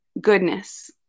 goodness